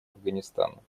афганистану